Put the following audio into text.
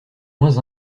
moins